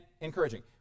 encouraging